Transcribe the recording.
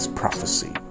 prophecy